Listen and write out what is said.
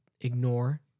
ignore